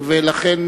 ולכן